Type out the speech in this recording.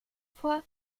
vor